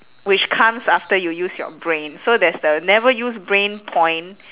which comes after you use your brain so there's the never use brain point